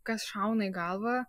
kas šauna į galvą